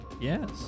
Yes